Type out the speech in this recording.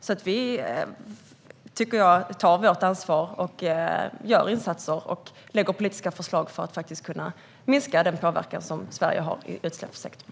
Jag tycker att vi tar vårt ansvar, gör insatser och lägger fram politiska förslag för att minska Sveriges påverkan i utsläppssektorn.